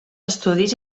estudis